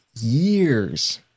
years